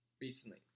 recently